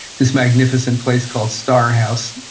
this magnificent place called star house,